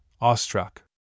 awestruck